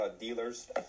dealers –